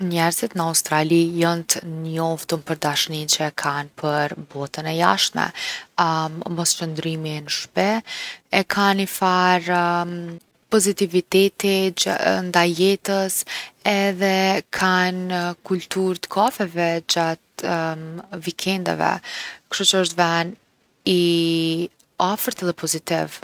Njerzit në Australi jon t’njoftun për dashninë që e kanë për botën e jashtme. mos qëndrimi n’shpi. E kanë nifar pozitiviteti ndaj jetës edhe kanë kulturë t’kafeve gjatë vikendenve. Kshtuqë osht ven i afërt edhe pozitiv.